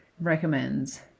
recommends